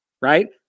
Right